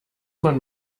man